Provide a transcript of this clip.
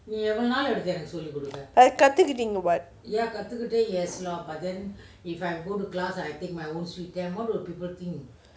அது கத்துகிட்டிங்க:athu kathukitinga [what]